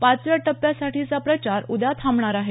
पाचव्या टप्प्यासाठीचा प्रचार उद्या थांबणार आहे